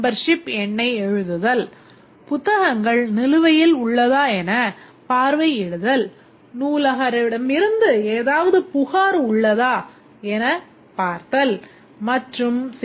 Membership எண்ணை எழுதுதல் புத்தகங்கள் நிலுவையில் உள்ளதா எனப் பார்வையிடுதல் நூலகரிடமிருந்து ஏதாவது புகார் உள்ளதா எனப் பார்த்தல் மற்றும் சில